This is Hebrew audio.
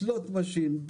slot machine,